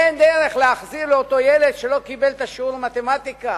אין דרך להחזיר לאותו ילד שלא קיבל את השיעור במתמטיקה,